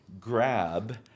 grab